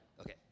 Okay